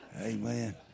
Amen